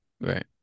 right